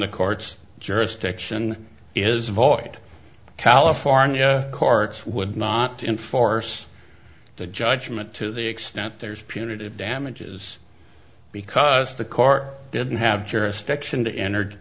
the court's jurisdiction is void california courts would not enforce the judgment to the extent there's punitive damages because the court didn't have jurisdiction to entered